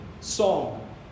Song